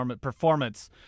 performance